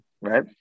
right